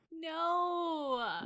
No